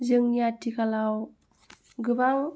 जोंनि आथिखालाव गोबां